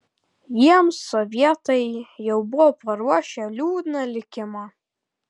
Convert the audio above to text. jiems sovietai jau buvo paruošę liūdną likimą